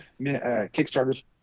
kickstarters